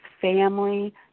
family